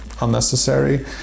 unnecessary